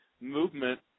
movement